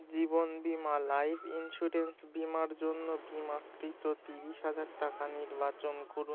জীবন বিমা life insurance বিমার জন্য বিমাকৃত তিরিশ হাজার টাকা নির্বাচন করুন